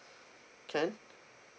can